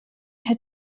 her